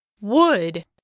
wood